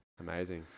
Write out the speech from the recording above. Amazing